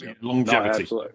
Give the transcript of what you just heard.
Longevity